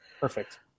Perfect